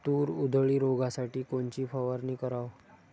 तूर उधळी रोखासाठी कोनची फवारनी कराव?